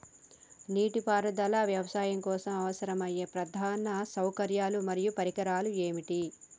నీటిపారుదల వ్యవసాయం కోసం అవసరమయ్యే ప్రధాన సౌకర్యాలు మరియు పరికరాలు ఏమిటి?